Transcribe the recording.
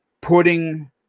putting